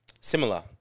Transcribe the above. similar